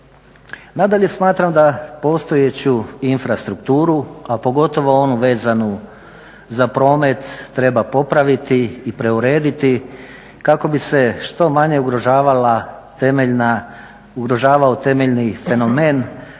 Nadalje smatram da postojeću infrastrukturu, a pogotovo onu vezanu za promet treba popraviti i preurediti kako bi se što manje ugrožavao temeljni fenomen, pa stoga